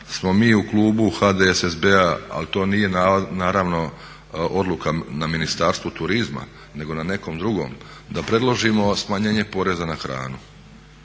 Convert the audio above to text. smo mi u klubu HDSSB-a, ali to nije naravno odluka na Ministarstvu turizma nego na nekom drugom, da predložimo smanjenje poreza na hranu.